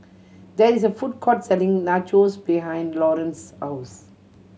there is a food court selling Nachos behind Lawerence's house